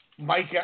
Mike